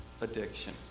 addiction